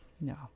No